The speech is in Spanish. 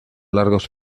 largos